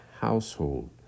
household